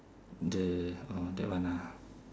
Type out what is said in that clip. the oh that one ah